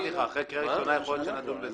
אמרתי לך שאחרי קריאה ראשונה יכול להיות שנדון בזה.